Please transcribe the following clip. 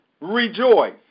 rejoice